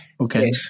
Okay